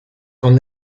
con